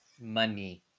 money